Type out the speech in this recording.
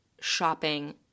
shopping